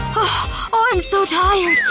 oh i'm so tired.